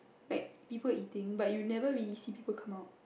like people eating but you never really see people come out